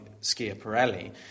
Schiaparelli